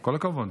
כל הכבוד.